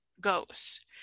goes